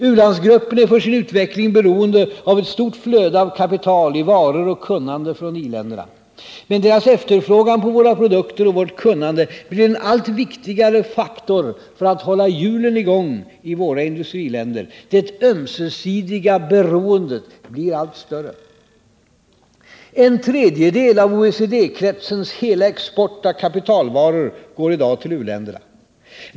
U-landsgruppen är för sin utveckling beroende av ett stort flöde av kapital i varor och kunnande från iländerna. Men deras efterfrågan på våra produkter och vårt kunnande blir en allt viktigare faktor för att hålla hjulen i gång i våra industriländer. Det ömsesidiga beroendet blir allt större. En tredjedel av OECD-kretsens hela export av kapitalvaror går i dag till uländerna.